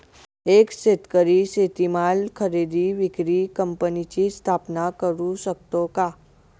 एक शेतकरी शेतीमाल खरेदी विक्री कंपनीची स्थापना करु शकतो का?